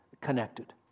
connected